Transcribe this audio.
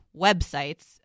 websites